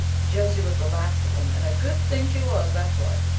josie was the last of them, and a good thing she was, that's what.